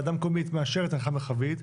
ועדה מקומית מאשרת הנחיה מרחבית,